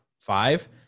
five